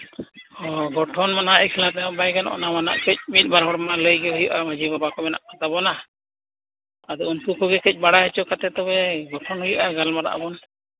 ᱜᱚᱴᱷᱚᱱ ᱫᱚ ᱦᱟᱸᱜ ᱮᱠᱞᱟ ᱛᱮᱢᱟ ᱵᱟᱭ ᱜᱟᱱᱚᱜᱼᱟ ᱱᱟᱣᱟᱱᱟᱜ ᱠᱟᱹᱡ ᱢᱤᱫ ᱵᱟᱨ ᱦᱚᱲᱢᱟ ᱞᱟᱹᱭᱜᱮ ᱦᱩᱭᱩᱜᱼᱟ ᱢᱟᱹᱡᱷᱤ ᱵᱟᱵᱟ ᱠᱚ ᱢᱮᱱᱟᱜ ᱠᱚ ᱛᱟᱵᱚᱱᱟ ᱟᱚ ᱩᱱᱠᱩ ᱠᱟᱹᱡ ᱵᱟᱲᱟᱭ ᱦᱚᱪᱚ ᱠᱟᱛᱮᱫ ᱛᱚᱵᱮ ᱜᱚᱴᱷᱚᱱ ᱦᱩᱭᱩᱜᱼᱟ ᱜᱟᱞᱢᱟᱨᱟᱜ ᱟᱵᱚᱱ